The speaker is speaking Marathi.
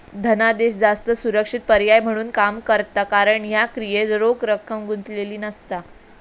धनादेश जास्त सुरक्षित पर्याय म्हणून काम करता कारण ह्या क्रियेत रोख रक्कम गुंतलेली नसता